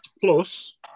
plus